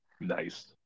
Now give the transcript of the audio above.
nice